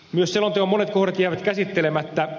myös selonteon monet kohdat jäävät käsittelemättä